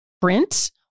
print